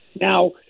Now